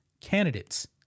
candidates